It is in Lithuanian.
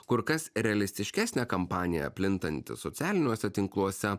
kur kas realistiškesnė kampanija plintanti socialiniuose tinkluose